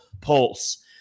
Pulse